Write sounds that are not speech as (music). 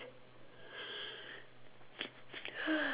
(noise)